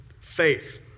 faith